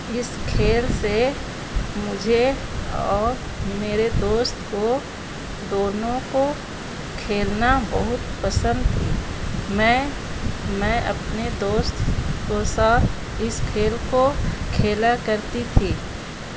اس کھیل سے مجھے اور میرے دوست کو دونوں کو کھیلنا بہت پسند تھی میں میں اپنے دوست کو ساتھ اس کھیل کو کھیلا کرتی تھی